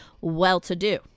well-to-do